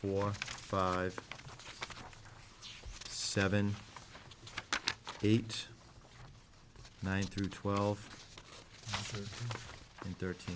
four five seven eight nine through twelve and thirteen